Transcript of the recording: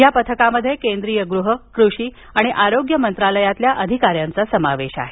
या पथकामध्ये केंद्रीय गृह कृषी आणि आरोग्य मंत्रालयातील अधिकाऱ्यांचा समावेश आहे